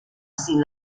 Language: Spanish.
sin